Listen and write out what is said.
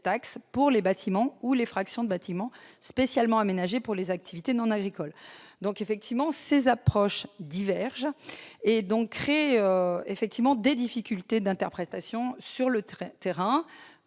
taxe pour les bâtiments ou les fractions de bâtiment spécialement aménagés pour les activités non agricoles. Ces approches divergentes créent des difficultés d'interprétation sur le terrain.